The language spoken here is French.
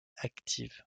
active